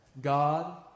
God